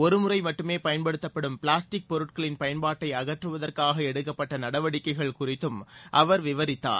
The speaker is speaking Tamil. ஒருமுறை மட்டுமே பயன்படுத்தப்படும் பிளாஸ்டிக் பொருட்களின் பயன்பாட்டை அகற்றுவதற்காக எடுக்கப்பட்ட நடவடிக்கைகள் குறித்தும் அவர் விவரித்தார்